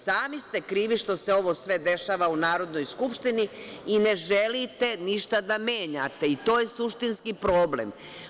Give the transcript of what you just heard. Sami ste krivi što se ovo sve dešava u Narodnoj skupštini i ne želite ništa da menjate i to je suštinski problem.